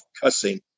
cussing